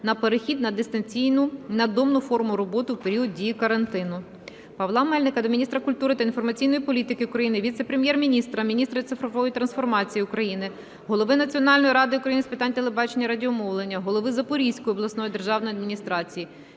на перехід на дистанційну (надомну) форму роботи у період дії карантину. Павла Мельника до міністра культури та інформаційної політики України, віце-прем'єр-міністра - міністра цифрової трансформації України, голови Національної ради України з питань телебачення і радіомовлення, голови Запорізької обласної державної адміністрації